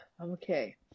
okay